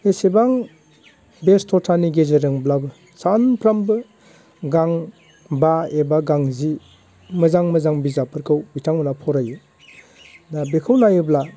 बेसेबां बेस्थ'थानि गेजेरजोंब्लाबो सानफ्रोमबो गां बा एबा गांजि मोजां मोजां बिजाबफोरखौ बिथांमोनहा फरायो दा बेखौ नायोब्ला